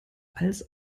als